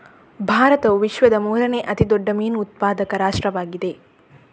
ಭಾರತವು ವಿಶ್ವದ ಮೂರನೇ ಅತಿ ದೊಡ್ಡ ಮೀನು ಉತ್ಪಾದಕ ರಾಷ್ಟ್ರವಾಗಿದೆ